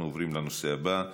אנחנו עוברים לנושא הבא,